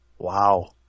Wow